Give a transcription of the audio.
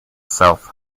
self